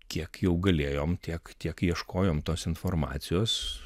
kiek jau galėjom tiek tiek ieškojom tos informacijos